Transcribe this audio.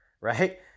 right